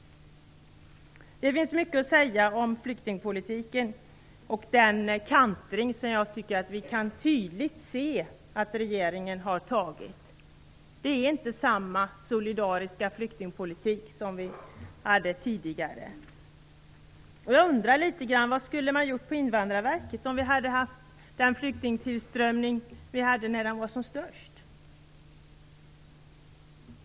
Det finns mycket att säga om regeringens flyktingpolitik och den kantring som jag tycker att man tydligt kan se att den har fått. Vi har inte samma solidariska flyktingpolitik som vi hade tidigare. Jag undrar litet över vad Invandrarverket skulle ha gjort om vi nu hade haft en flyktingtillströmning motsvarande den som vi hade när den var som störst.